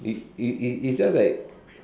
is is is is just that